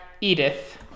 Edith